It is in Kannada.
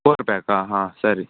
ಫೋರ್ ಪ್ಯಾಕ ಹಾಂ ಸರಿ